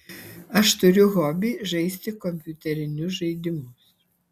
aš turiu hobį žaisti kompiuterinius žaidimus